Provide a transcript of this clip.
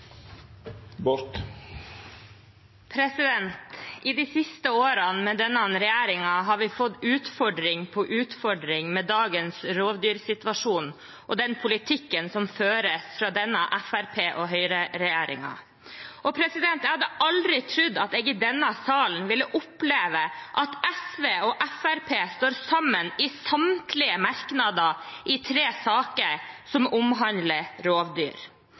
I de siste årene, med denne regjeringen, har vi fått utfordring på utfordring med dagens rovdyrsituasjon og den politikken som føres fra denne Høyre–Fremskrittsparti-regjeringen. Jeg hadde aldri trodd at jeg i denne sal ville oppleve SV og Fremskrittspartiet stå sammen i samtlige merknader i tre saker som omhandler rovdyr.